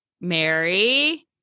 Mary